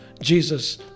Jesus